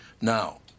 Now